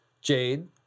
jade